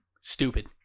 Stupid